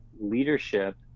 leadership